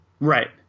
Right